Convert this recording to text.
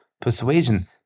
persuasion